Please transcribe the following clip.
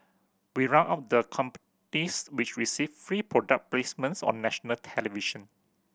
we round up the companies which received free product placements on national television